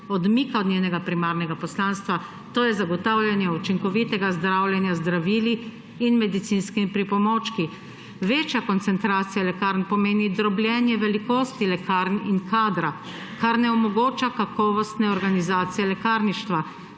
»odmika od njenega primarnega poslanstva, to je zagotavljanje učinkovitega zdravljenja z zdravili in medicinskimi pripomočki. Večja koncentracija lekarn pomeni drobljenje velikosti lekarn in kadra, kar ne omogoča kakovostne organizacije lekarništva.